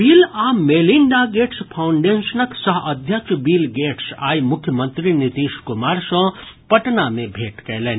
bill आ Melinda Gates फाउंडेशनक सह अध्यक्ष बिल गेट्स आइ मुख्यमंत्री नीतीश कुमार सँ पटना मे भेंट कयलनि